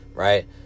Right